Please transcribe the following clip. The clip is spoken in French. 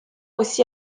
aussi